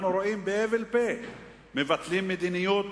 אנחנו רואים, בהבל פה מבטלים מדיניות